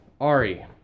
Ari